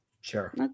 Sure